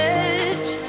edge